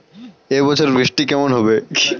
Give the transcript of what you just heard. এবছর বৃষ্টি কেমন হবে?